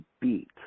beat